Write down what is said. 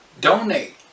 donate